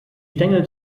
stängel